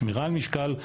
שמירה על משקל,